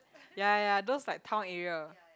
ya ya ya those like town area